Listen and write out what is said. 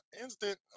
instant